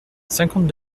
cinquante